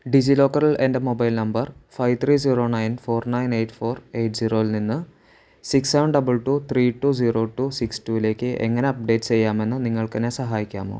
ഡിജിലോക്കറിൽ എൻ്റെ mobile number five three zero nine four nine eight four eight സീറോയിൽ നിന്ന് six seven double two three two zero two six ടുവിലേക്ക് എങ്ങനെ update ചെയ്യാമെന്ന് നിങ്ങൾക്കെന്നെ സഹായിക്കാമോ